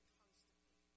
constantly